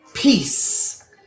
Peace